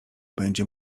będzie